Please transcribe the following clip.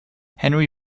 henry